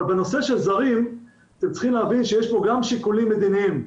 אבל בנושא של זרים אתם צריכים להבין שיש פה גם שיקולים מדיניים,